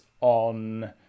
on